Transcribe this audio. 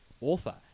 author